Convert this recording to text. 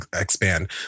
expand